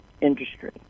industry